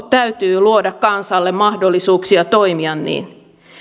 täytyy luoda kansalle mahdollisuuksia toimia niin